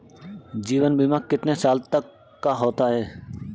जीवन बीमा कितने साल तक का होता है?